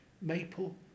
maple